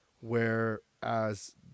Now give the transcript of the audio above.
whereas